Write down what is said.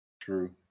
True